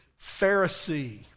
Pharisee